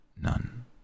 None